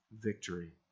victory